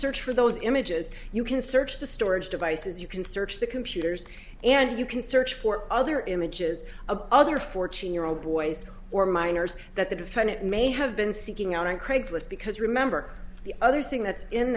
search for those images you can search the storage devices you can search the computers and you can search for other images of other fourteen year old boys or minors that the defendant may have been seeking out on craigslist because remember the other thing that's in